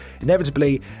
inevitably